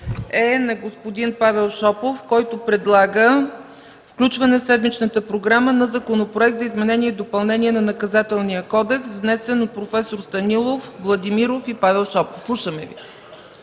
е на господин Павел Шопов, който предлага включване в седмичната програма на Законопроект за изменение и допълнение на Наказателния кодекс, внесен от проф. Станилов, Владимиров и Шопов. Слушаме Ви.